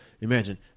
imagine